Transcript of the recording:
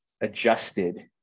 adjusted